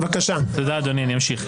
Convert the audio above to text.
ללא --- למה הוצאתם הודעה שלא השתתפתי?